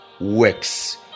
works